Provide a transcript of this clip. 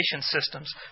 systems